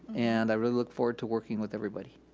and i really look forward to working with everybody.